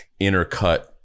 intercut